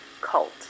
cult